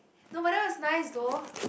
no but that was nice though